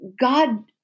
God